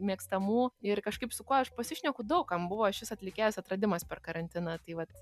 mėgstamų ir kažkaip su kuo aš pasišneku daug kam buvo šis atlikėjas atradimas per karantiną tai vat